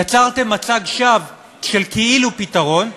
יצרתם מצג שווא של כאילו פתרון,